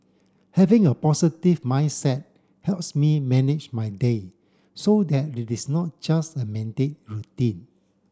having a positive mindset helps me manage my day so that it is not just a mandate routine